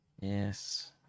yes